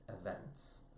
events